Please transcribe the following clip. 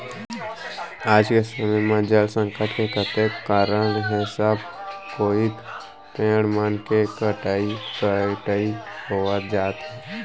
आज के समे म जल संकट के कतेक कारन हे सबे कोइत पेड़ मन के कतका कटई होवत जात हे